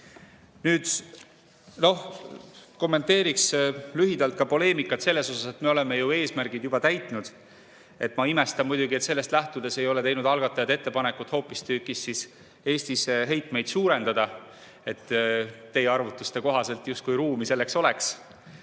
Nüüd kommenteeriksin lühidalt ka poleemikat selle kohta, et me oleme ju eesmärgid täitnud. Ma imestan muidugi, et sellest lähtudes ei ole teinud algatajad ettepanekut hoopistükkis Eestis heitmeid suurendada, teie arvutuste kohaselt justkui ruumi selleks oleks.